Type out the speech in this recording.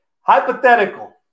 Hypothetical